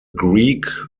greek